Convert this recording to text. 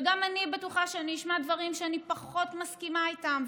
וגם אני בטוחה שאשמע דברים שאני פחות מסכימה איתם,